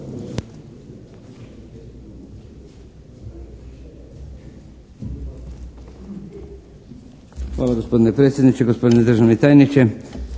Hvala gospodine predsjedniče, gospodine državni tajniče.